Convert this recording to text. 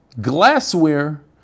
glassware